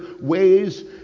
ways